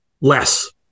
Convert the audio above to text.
less